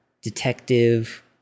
detective